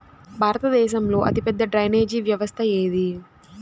భారతదేశంలో అతిపెద్ద డ్రైనేజీ వ్యవస్థ ఏది?